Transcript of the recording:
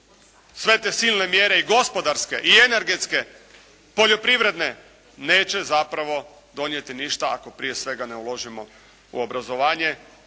sve te silne mjere i gospodarske i energetske, poljoprivredne neće zapravo donijeti ništa ako prije svega ne uložimo u obrazovanje